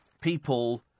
people